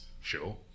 sure